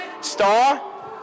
Star